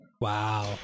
Wow